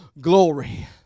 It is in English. glory